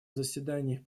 заседаниях